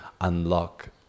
unlock